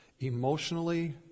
Emotionally